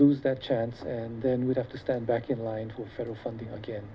lose that chance and then we have to stand back in line with federal funding again